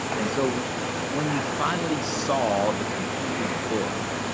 and so when you finally saw the completed book,